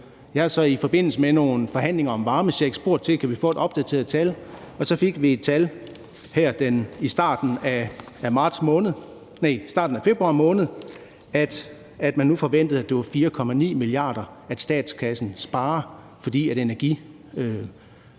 Jeg har så i forbindelse med nogle forhandlinger om varmecheck spurgt til, om vi kan få et opdateret tal, og så fik vi et tal her i starten af februar måned, hvor man forventede, at det nu er 4,9 mia. kr., statskassen sparer, fordi energipriserne